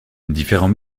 différents